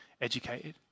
educated